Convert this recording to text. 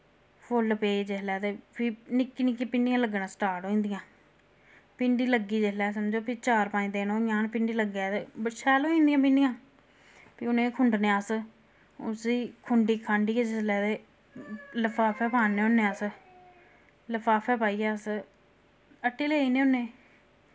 फुल्ल पे जिसलै ते फ्ही निक्की निक्की भिंडियां लग्गना स्टार्ट होइंदियां भिंडी लग्गी जिसलै समझो फ्ही चार पंज दिन होई जान भिंडी लग्गै ते बड़ी शैल होइंदियां भिंडियां फ्ही उ'ने खुंडने अस उस्सी खुंडी खांडियै जिसलै ते लफाफे पाने होने अस लफाफे पाइयै अस हट्टी लेइने होने